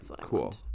cool